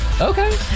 Okay